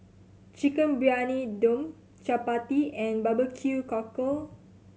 Chicken Briyani Dum chappati and barbecue cockle